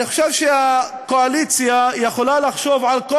אני חושב שהקואליציה יכולה לחשוב על כל